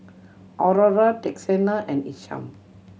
Aurora Texanna and Isham